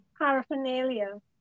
Paraphernalia